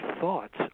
thoughts